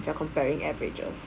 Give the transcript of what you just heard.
if you are comparing averages